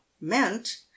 meant